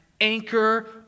anchor